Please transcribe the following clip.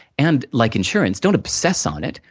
and, like insurance, don't obsess on it,